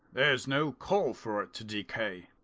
there's no call for it to decay.